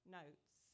notes